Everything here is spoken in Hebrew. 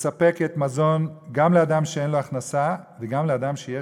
מספקת מזון גם לאדם שאין לו הכנסה וגם לאדם שיש